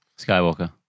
Skywalker